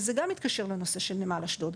וזה גם מתקשר לנושא של נמל אשדוד,